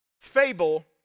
fable